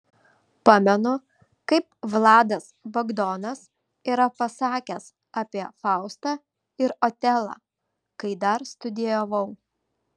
pamenu kaip vladas bagdonas yra pasakęs apie faustą ir otelą kai dar studijavau